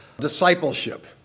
discipleship